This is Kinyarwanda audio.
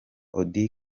auddy